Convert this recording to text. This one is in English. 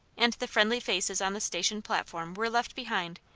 and the friendly faces on the station platform were left behind,